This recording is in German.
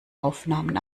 aufnahmen